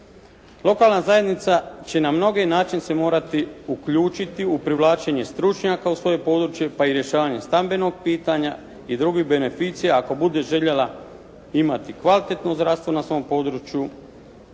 Lokalna zajednica će na mnogi način se morati uključiti u privlačenje stručnjaka u svoje područje, pa i rješavanju stambenog pitanja i drugih beneficija ako bude željela imati kvalitetno zdravstvo na svom području.